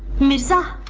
mirza.